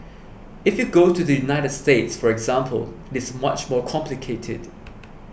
if you go to the United States for example it is much more complicated